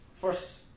First